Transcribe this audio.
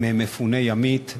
הוא של מפוני ימית.